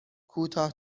کوتاه